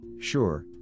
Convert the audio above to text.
Sure